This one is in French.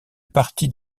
partie